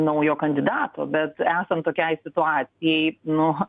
naujo kandidato bet esant tokiai situacijai nu